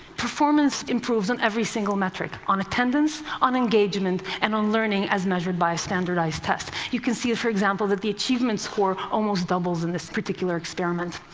performance improves on every single metric on attendance, on engagement and on learning as measured by a standardized test. you can see, for example, that the achievement score almost doubles in this particular experiment.